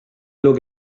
look